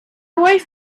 wife